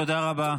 תודה רבה.